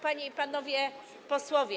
Panie i Panowie Posłowie!